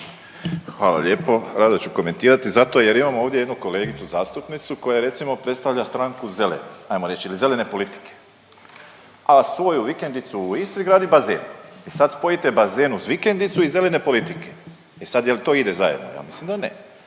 Hvala lijepo. Rado ću komentirati zato jer imamo ovdje jednu kolegicu zastupnicu koja recimo predstavlja stranku zelenih ajmo reći ili zelene politike, a svoju vikendicu u Istri gradi bazen i sad spojite bazen uz vikendicu i zelene politike, e sad jel to ide zajedno? Ja mislim da ne,